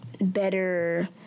better